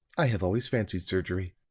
i have always fancied surgery.